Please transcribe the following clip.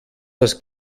das